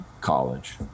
college